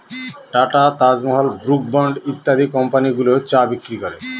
tata, Taj Mahal, Brooke Bond ইত্যাদি company গুলো চা বিক্রি করে